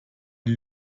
die